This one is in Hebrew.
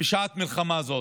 בשעת מלחמה זו,